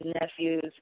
nephews